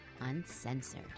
Uncensored